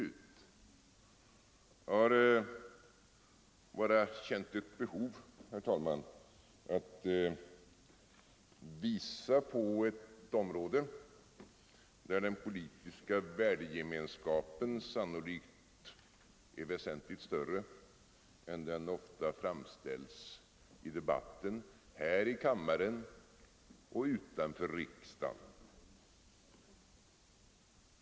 Jag har bara känt ett behov, herr talman, av att peka på ett område där den politiska värdegemenskapen sannolikt är väsentligt större än den ofta framställs i debatten här i kammaren och utanför riksdagen.